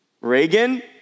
Reagan